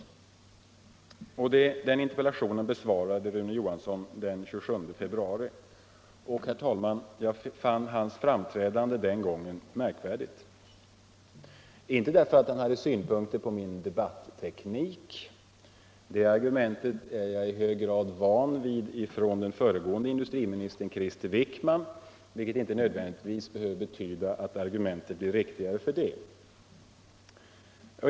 Denna interpellation besvarade Rune Johansson den 27 februari. Jag fann, herr talman, hans framträdande den gången märkvärdigt. Det var inte därför att han hade synpunkter på min debatteknik. Det argumentet är jag i hög grad van vid från den föregående industriministern Krister Wickman, vilket inte nödvändigtvis behöver betyda att argumenten blir riktigare.